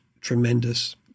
tremendous